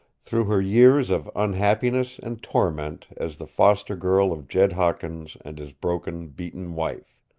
through her years of unhappiness and torment as the foster-girl of jed hawkins and his broken, beaten wife